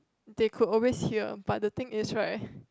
they could always hear but the thing is right